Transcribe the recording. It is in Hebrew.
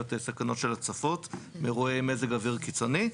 סכנות של הצפות מאירועי מזג אוויר קיצוני.